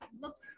looks